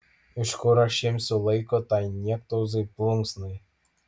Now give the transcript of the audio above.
iš kur aš imsiu laiko tai niektauzai plunksnai